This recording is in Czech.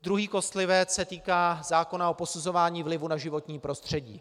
Druhý kostlivec se týká zákona o posuzování vlivu na životní prostředí.